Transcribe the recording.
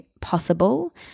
possible